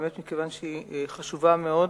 באמת מכיוון שהיא חשובה מאוד.